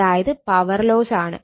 അതായത് power loss ആണ്